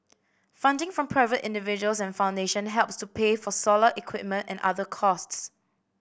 funding from private individuals and foundation helps to pay for solar equipment and other costs